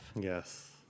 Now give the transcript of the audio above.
Yes